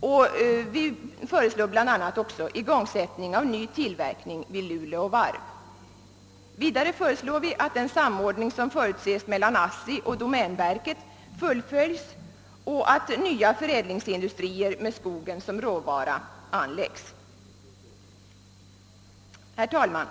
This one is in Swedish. och vi föreslår också igångsättning av ny tillverkning vid Luleå varv. Vidare föreslår vi att den samordning som förutses mellan ASSI och domänverket fullföljes och att nya förädlingsindustrier med skogen som råvara anlägges.